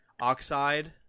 Oxide